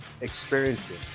experiencing